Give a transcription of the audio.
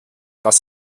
dass